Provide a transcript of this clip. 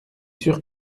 sûr